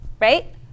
right